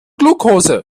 glukose